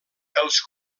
els